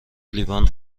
لیوان